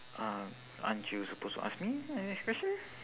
uh aren't you supposed to ask me the next question